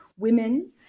women